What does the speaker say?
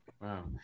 Wow